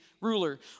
ruler